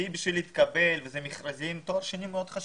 כי מדובר במכרזים ותואר שני מאוד חשוב.